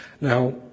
Now